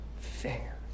fair